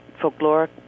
folklore